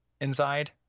inside